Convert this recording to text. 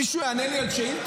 מישהו יענה לי על שאילתות?